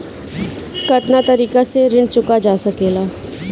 कातना तरीके से ऋण चुका जा सेकला?